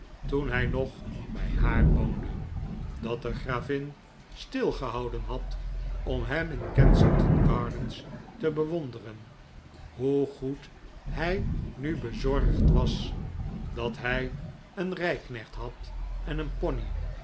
toen hij nog bij haar woonde dat de gravin stilgehouden had om hem in kensington gardens te bewonderen hoe goed hij nu bezorgd was dat hij een rijknecht had en een pony